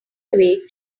away